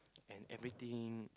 and everything